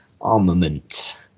armament